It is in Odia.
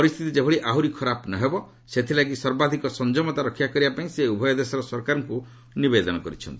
ପରିସ୍ଥିତି ଯେଭଳି ଆହୁରି ଖରାପ ନ ହେବ ସେଥିଲାଗି ସର୍ବାଧିକ ସଂଯମତା ରକ୍ଷା କରିବାପାଇଁ ସେ ଉଭୟ ଦେଶର ସରକାରଙ୍କୁ ନିବେଦନ କରିଛନ୍ତି